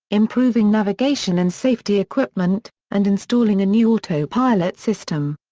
improving navigation and safety equipment, and installing a new autopilot system.